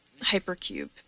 hypercube